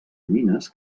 mines